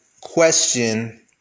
question